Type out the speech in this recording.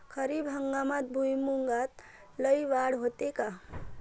खरीप हंगामात भुईमूगात लई वाढ होते का?